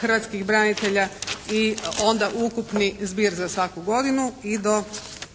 hrvatskih branitelja i onda ukupni zbir za svaku godinu i do, i